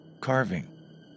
carving